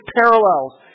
parallels